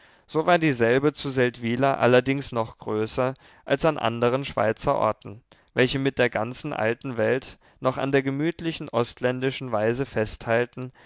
so war dieselbe zu seldwyla allerdings noch größer als an anderen schweizerorten welche mit der ganzen alten welt noch an der gemütlichen ostländischen weise festhalten